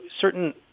certain